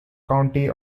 county